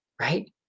right